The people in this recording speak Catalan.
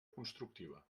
constructiva